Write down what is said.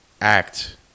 Act